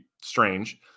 strange